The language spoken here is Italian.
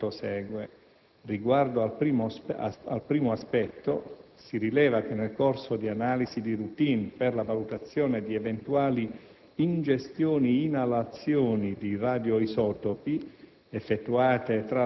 si evidenzia quanto segue. Riguardo al primo aspetto, si rileva che nel corso di analisi di *routine* per la valutazione di eventuali ingestioni-inalazioni di radioisotopi,